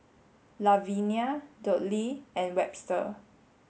Lavinia Dudley and Webster